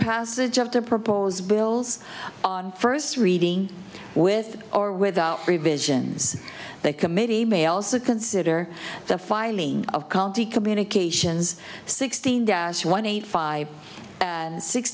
passage of the proposed bills on first reading with or without revisions the committee may also consider the filing of county communications sixteen dash one eight five and six